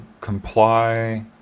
comply